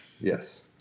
Yes